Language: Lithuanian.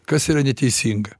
kas yra neteisinga